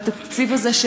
התקציב הזה,